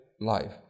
life